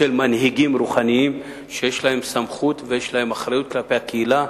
של מנהיגים רוחניים שיש להם סמכות ויש להם אחריות כלפי הקהילה.